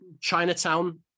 Chinatown